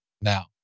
now